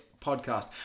podcast